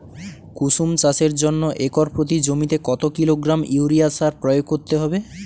কুসুম চাষের জন্য একর প্রতি জমিতে কত কিলোগ্রাম ইউরিয়া সার প্রয়োগ করতে হবে?